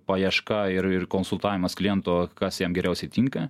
paieška ir ir konsultavimas kliento kas jam geriausiai tinka